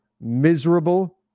miserable